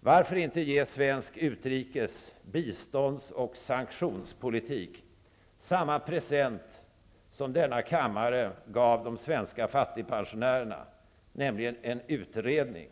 Varför inte ge svensk utrikes-, bistånds och sanktionspolitik samma present som denna kammare gav de svenska fattigpensionärerna, nämligen en utredning?